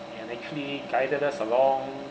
and actually guided us along